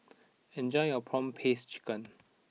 enjoy your Prawn Paste Chicken